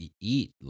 Eat